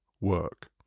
work